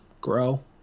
grow